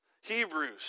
Hebrews